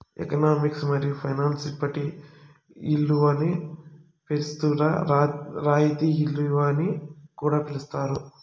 economics మరియు finance ఇప్పటి ఇలువని పెస్తుత రాయితీ ఇలువని కూడా పిలిస్తారు